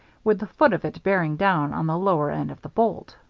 with the foot of it bearing down on the lower end of the bolt.